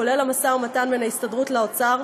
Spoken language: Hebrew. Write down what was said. כולל המשא ומתן בין ההסתדרות לאוצר,